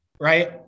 Right